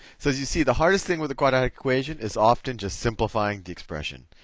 so as you see, the hardest thing with the quadratic equation is often just simplifying the expression.